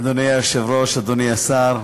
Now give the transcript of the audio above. אדוני היושב-ראש, אדוני השר,